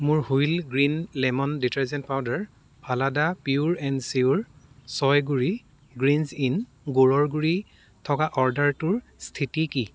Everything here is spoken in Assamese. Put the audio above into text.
মোৰ wheel green lemon detergent powder ফালাডা পিয়োৰ এণ্ড চিয়োৰ চয় গুড়ি গ্ৰীঞ্জ ইন গুড়ৰ গুড়ি থকা অৰ্ডাৰটোৰ স্থিতি কি